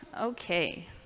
Okay